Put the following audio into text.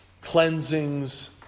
cleansings